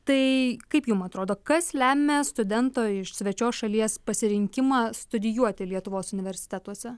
tai kaip jum atrodo kas lemia studento iš svečios šalies pasirinkimą studijuoti lietuvos universitetuose